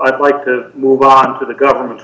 i'd like to move on to the government